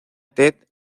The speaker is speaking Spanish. ted